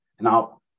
Now